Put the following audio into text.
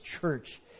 church